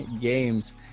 games